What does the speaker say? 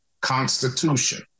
constitution